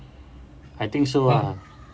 I think so ah